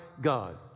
God